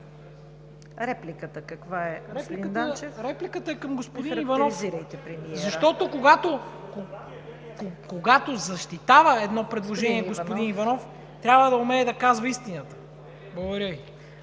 Репликата е към господин Иванов, защото, когато защитава едно предложение, господин Иванов трябва да умее да казва истината. Благодаря Ви.